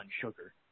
sugar